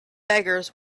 beggars